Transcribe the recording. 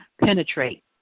penetrate